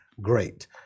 Great